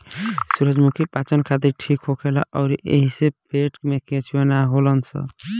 सूरजमुखी पाचन खातिर ठीक होखेला अउरी एइसे पेट में केचुआ ना होलन सन